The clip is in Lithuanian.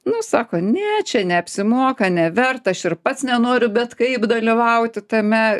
nu sako ne čia neapsimoka neverta aš ir pats nenoriu bet kaip dalyvauti tame